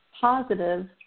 positive